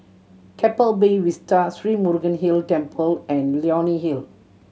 Keppel Bay Vista Sri Murugan Hill Temple and Leonie Hill